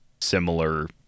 similar